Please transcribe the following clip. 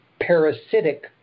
parasitic